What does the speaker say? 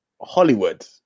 Hollywood